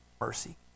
mercy